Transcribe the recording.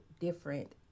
different